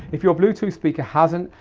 if your bluetooth speaker hasn't,